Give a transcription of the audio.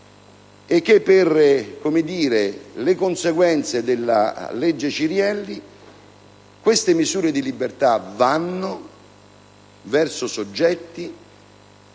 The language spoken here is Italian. che per le conseguenze della legge Cirielli tali misure di libertà vanno verso soggetti